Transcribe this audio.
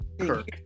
Kirk